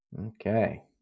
okay